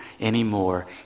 anymore